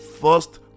first